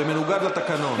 זה מנוגד לתקנון.